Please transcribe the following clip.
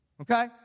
okay